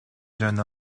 jeune